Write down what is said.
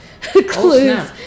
clues